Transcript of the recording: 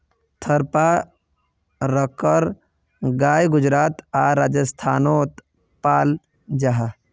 थारपारकर गाय गुजरात आर राजस्थानोत पाल जाहा